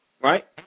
right